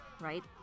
right